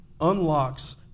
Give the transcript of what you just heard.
unlocks